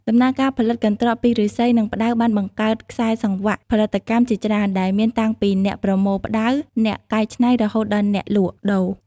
ដំណើរការផលិតកន្ត្រកពីឫស្សី និងផ្តៅបានបង្កើតខ្សែសង្វាក់ផលិតកម្មជាច្រើន ដែលមានតាំងពីអ្នកប្រមូលផ្តៅ អ្នកកែច្នៃរហូតដល់អ្នកលក់ដូរ។